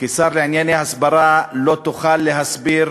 כשר לענייני הסברה לא תוכל להסביר